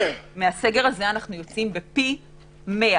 מהסגר הזה אנחנו יוצאים בפי 100